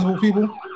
people